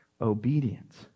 obedience